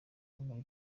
muri